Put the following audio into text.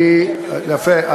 יפה.